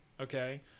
Okay